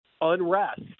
unrest